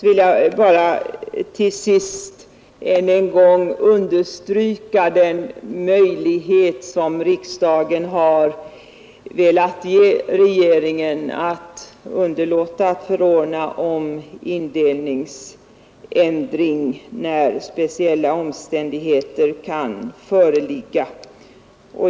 Till sist vill jag än en gång understryka den möjlighet som riksdagen har velat ge regeringen att underlåta att förordna om indelningsändring när speciella omständigheter kan föreligga.